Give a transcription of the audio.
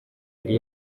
yari